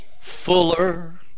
fuller